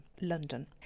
London